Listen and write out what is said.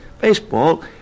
baseball